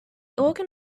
organ